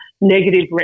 negative